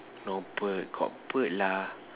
no bird got bird lah